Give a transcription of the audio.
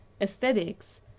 aesthetics